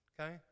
okay